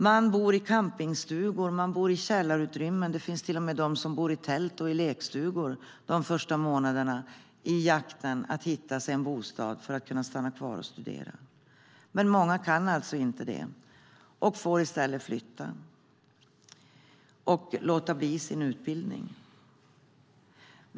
Man bor i campingstugor och källarutrymmen. Det finns till och med de som bor i tält och lekstugor de första månaderna medan de letar bostad för att kunna stanna kvar och studera. Många kan inte stanna kvar utan måste flytta och låta bli sin utbildning.